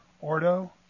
ordo